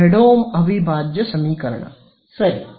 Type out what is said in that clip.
Fredholm ಅವಿಭಾಜ್ಯ ಸಮೀಕರಣ ಸರಿ